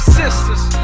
sisters